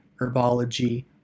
herbology